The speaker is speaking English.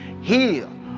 Heal